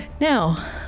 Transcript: Now